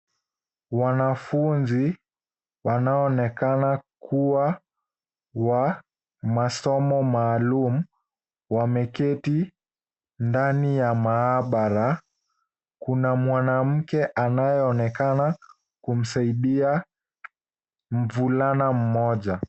Wanafunzi wanaoonekana kuwa wa masomo maalum wameketi ndani ya maabara. Kuna mwnamke anayeonekana kumsaidia mvulana mmoja.